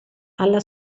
alla